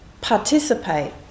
participate